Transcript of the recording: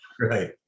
Right